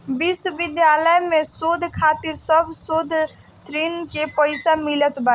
विश्वविद्यालय में शोध खातिर सब शोधार्थीन के पईसा मिलत बाटे